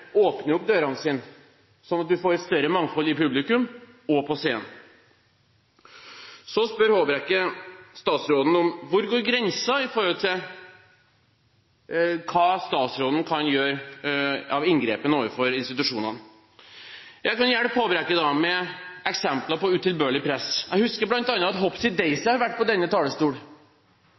får et større mangfold når det gjelder publikum – og på scenen. Så spør Håbrekke statsråden om hvor grensen går når det gjelder hva hun kan gjøre av inngripen overfor institusjonene. Jeg kan hjelpe Håbrekke med eksempler på utilbørlig press. Jeg husker bl.a. at Hopsi Deisi har